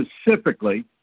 specifically